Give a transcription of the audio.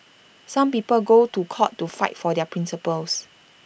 some people go to court to fight for their principles